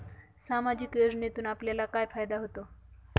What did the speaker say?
सामाजिक योजनेतून आपल्याला काय फायदा होतो?